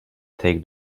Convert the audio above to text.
take